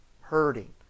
hurting